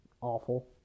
awful